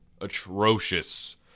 atrocious